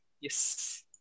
Yes